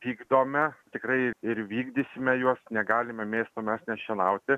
vykdome tikrai ir vykdysime juos negalime miesto mes nešienauti